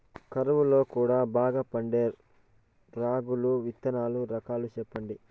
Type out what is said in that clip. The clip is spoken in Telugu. కరువు లో కూడా బాగా పండే రాగులు విత్తనాలు రకాలు చెప్పండి?